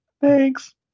Thanks